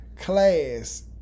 class